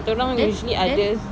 there's there's